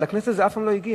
אבל לכנסת זה אף פעם לא הגיע.